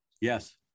Yes